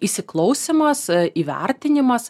įsiklausymas įvertinimas